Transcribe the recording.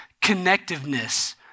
connectiveness